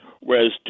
whereas